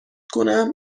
کنم